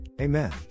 Amen